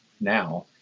now